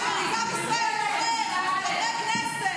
עם ישראל בוחר חברי כנסת.